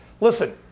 listen